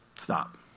Stop